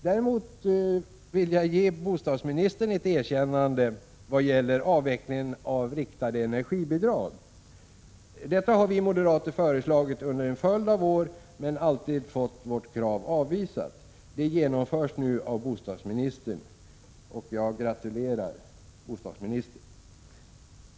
Däremot vill jag ge bostadsministern ett erkännande vad gäller avvecklingen av riktade energibidrag. Detta har vi moderater föreslagit under en följd av år, men vi har alltid fått vårt krav avvisat. Förslaget genomförs nu av bostadsministern, och jag gratulerar bostadsministern.